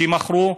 שמכרו,